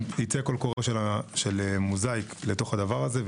ייצא קול קורא של מוזאיק לדבר הזה.